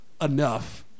enough